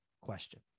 question